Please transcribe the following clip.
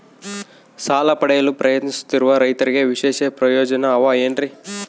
ಸಾಲ ಪಡೆಯಲು ಪ್ರಯತ್ನಿಸುತ್ತಿರುವ ರೈತರಿಗೆ ವಿಶೇಷ ಪ್ರಯೋಜನ ಅವ ಏನ್ರಿ?